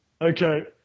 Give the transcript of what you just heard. Okay